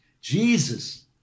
Jesus